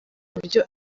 buryo